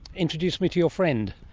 introduce me to your friend.